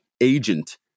agent